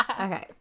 Okay